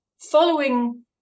following